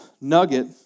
nugget